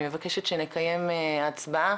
אני מבקשת שנקיים הצבעה,